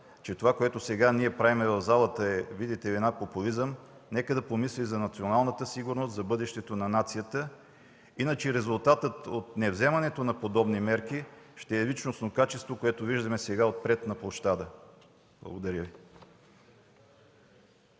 че това, което сега правим в залата, е популизъм, нека да помисли за националната сигурност, за бъдещето на нацията. Иначе резултатът от невземането на подобни мерки ще е личностно качество, което виждаме сега отпред на площада. Благодаря Ви.